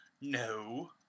no